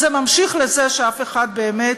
אז זה ממשיך לזה שאף אחד באמת